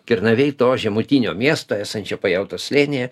kernavėj to žemutinio miesto esančio pajautos slėnyje